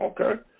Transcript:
okay